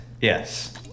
yes